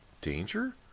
Danger